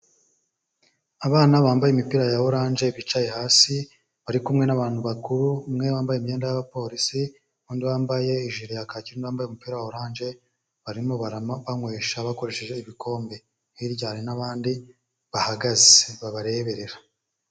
Abana bambaye imipira ya oranje bicaye hasi, bari kumwe n'abantu bakuru, umwe wambaye imyenda y'abaporisi, n'undi wambaye ijire ya kake, n'undi wabambaye umupira wa oranje, barimo barabanywesha bakoresheje ibikombe, hirya hari n'abandi bahagaze babareberera.